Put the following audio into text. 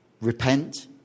Repent